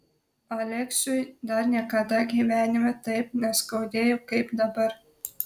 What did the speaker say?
aleksiui dar niekada gyvenime taip neskaudėjo kaip dabar